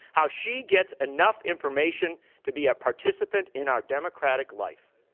how she gets enough information to be a participant in our democratic life,